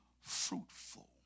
fruitful